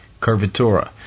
Curvatura